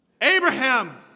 Abraham